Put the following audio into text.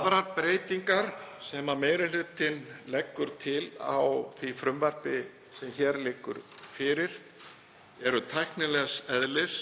Aðrar breytingar sem meiri hlutinn leggur til á því frumvarpi sem hér liggur fyrir eru tæknilegs eðlis